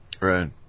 Right